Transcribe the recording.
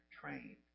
trained